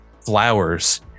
flowers